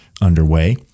underway